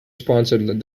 sponsored